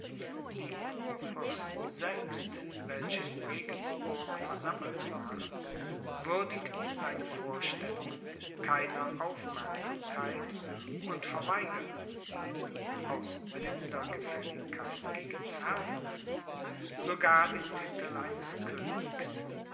die kurfürsten selbst welche in regensburg versammelt waren würdigten seine vorstellungen keiner aufmerksamkeit und verweigerten ihm aus blinder gefälligkeit gegen ferdinand sogar den titel eines königs